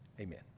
Amen